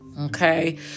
Okay